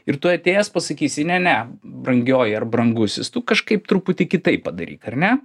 ir tu atėjęs pasakysi ne ne brangioji ar brangusis tu kažkaip truputį kitaip padaryk ar ne